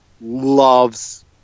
loves